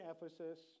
Ephesus